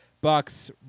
Bucks